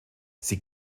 sie